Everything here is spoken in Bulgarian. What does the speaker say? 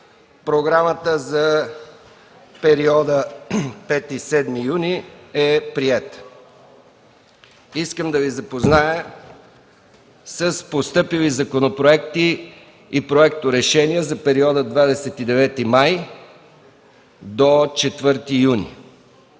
Програмата за периода 5-7 юни се приема. Искам да Ви запозная с постъпили законопроекти и проекторешения за периода 29 май до 4 юни